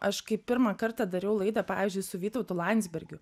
aš kai pirmą kartą dariau laidą pavyzdžiui su vytautu landsbergiu